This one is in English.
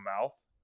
mouth